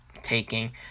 taking